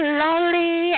lonely